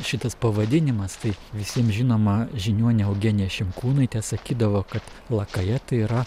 šitas pavadinimas tai visiem žinoma žiniuonė eugenija šimkūnaitė sakydavo kad lakaja tai yra